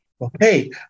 okay